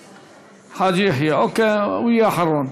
חאג' יחיא, אוקיי, הוא יהיה אחרון.